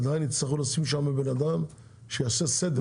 עדיין יצטרכו לשים שם בן אדם שיעשה סדר.